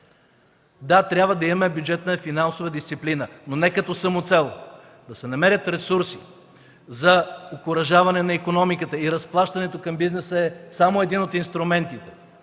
Да, трябва да имаме бюджетна, финансова дисциплина, но не като самоцел. Да се намерят ресурси за окуражаване на икономиката и разплащането към бизнеса е само един от инструментите.